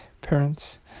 parents